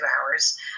hours